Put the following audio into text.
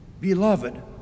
Beloved